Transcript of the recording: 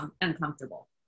uncomfortable